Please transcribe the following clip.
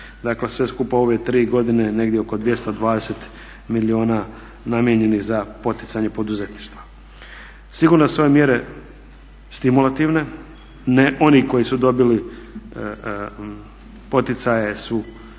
Dakle sve skupa u ove 3 godine negdje oko 220 milijuna namijenjenih za poticanje poduzetništva. Sigurno su ove mjere stimulativne, ne oni koji su dobili poticaje su